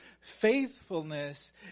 faithfulness